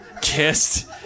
kissed